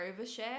overshare